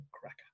cracker